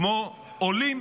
כמו עולים